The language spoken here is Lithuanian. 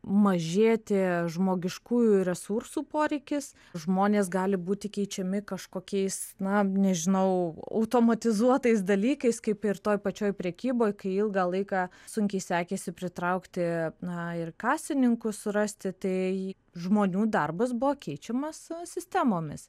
mažėti žmogiškųjų resursų poreikis žmonės gali būti keičiami kažkokiais na nežinau automatizuotais dalykais kaip ir toj pačioj prekyboj kai ilgą laiką sunkiai sekėsi pritraukti na ir kasininkus surasti tai žmonių darbas buvo keičiamas sistemomis